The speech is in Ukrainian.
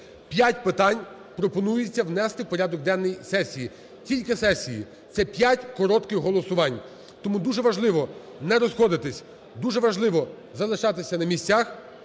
П'ять питань пропонується внести в порядок денний сесії, тільки сесії. Це п'ять коротких голосувань. Тому дуже важливо не розходитись, дуже важливо залишатися на місцях.